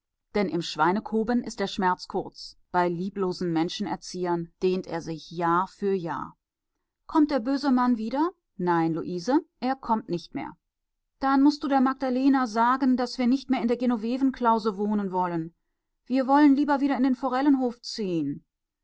denn im schweinekoben ist der schmerz kurz bei lieblosen menschenerziehern dehnt er sich jahr für jahr kommt der böse mann wieder nein luise er kommt nicht mehr dann mußt du der magdalena sagen daß wir nicht mehr in der genovevenklause wohnen wollen wir wollen lieber wieder in den forellenhof